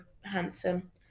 handsome